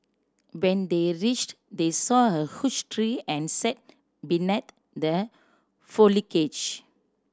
when they reached they saw a huge tree and sat the